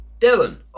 Dylan